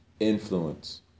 influence